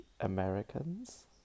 Americans